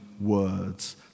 words